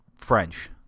French